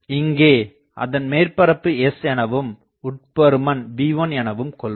இங்கே அதன் மேற்பரப்பு S எனவும் உட்புறபருமன் V1 எனவும் கொள்வோம்